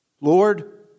Lord